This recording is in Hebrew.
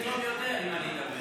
אני --- יותר אם אני אדבר.